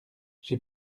j’ai